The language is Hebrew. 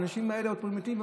האנשים האלה פרימיטיביים,